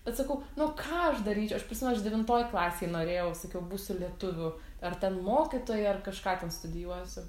bet sakau nu ką aš daryčiau aš prisimenu aš devintoj klasėj norėjau sakiau būsiu lietuvių ar ten mokytoja ar kažką ten studijuosiu